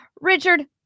Richard